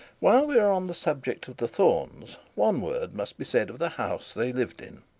while we are on the subject of the thornes, one word must be said of the house they lived in.